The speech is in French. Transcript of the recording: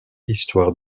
histoire